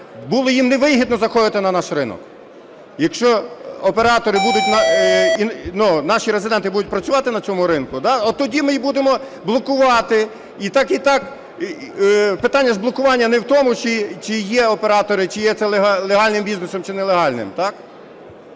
було їм не вигідно заходити на наш ринок. Якщо наші резиденти будуть працювати на цьому ринку, тоді ми будемо блокувати. І так і так, питання ж блокування не в тому, чи є оператори, чи є це легальним бізнесом, чи нелегальним.